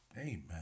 Amen